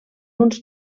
uns